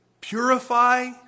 purify